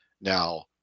now